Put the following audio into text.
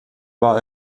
war